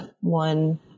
one